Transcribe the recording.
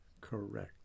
Correct